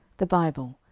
the bible,